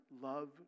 love